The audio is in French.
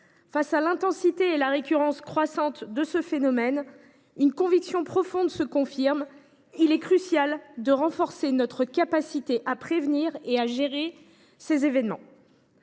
Face à l’intensité et à la récurrence croissante de ce phénomène, une conviction profonde s’affermit : il est crucial de renforcer notre capacité à prévenir et à gérer ces événements.